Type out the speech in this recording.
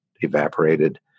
evaporated